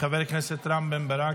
חבר הכנסת רם בן ברק,